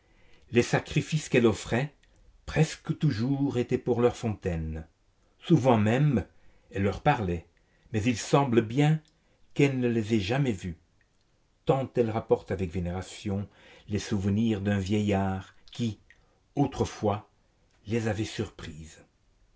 les sacrifices qu'elle offrait presque toujours étaient pour leur fontaine souvent même elle leur parlait mais il semble bien qu'elle ne les a jamais vues tant elle rapporte avec vénération les souvenirs d'un vieillard qui autrefois les avait surprises